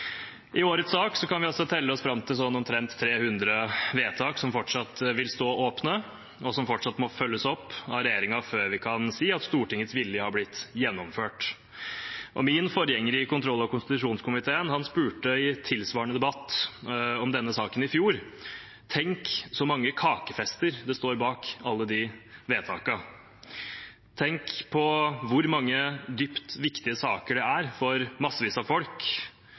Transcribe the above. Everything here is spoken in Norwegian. I årets sak kan vi telle oss fram til omtrent 300 vedtak som fortsatt vil stå åpne, og som fortsatt må følges opp av regjeringen før vi kan si at Stortingets vilje har blitt gjennomført. Min forgjenger i kontroll- og konstitusjonskomiteen sa i tilsvarende debatt om denne saken i fjor: Tenk så mange kakefester det står bak alle de vedtakene. Tenk på hvor mange dypt viktige saker det er for massevis av folk